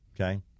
Okay